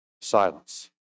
Silence